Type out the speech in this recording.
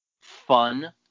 fun